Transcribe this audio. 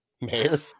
Mayor